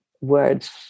words